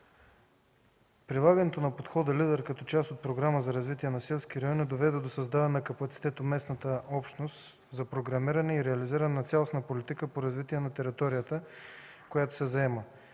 Прилагането на подхода „Лидер”, като част от Програмата за развитие на селските райони, доведе до създаване на капацитет у местната общност за програмиране и реализиране на цялостна политика по развитие на територията, която се заема.